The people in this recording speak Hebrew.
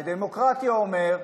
ודמוקרטי אומר,